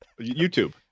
YouTube